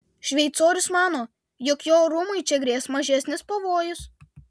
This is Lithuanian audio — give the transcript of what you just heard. šveicorius mano jog jo orumui čia grės mažesnis pavojus